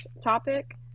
topic